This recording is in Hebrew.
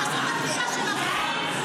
(קוראת בשמות חברי הכנסת)